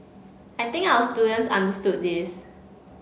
I think our students understood this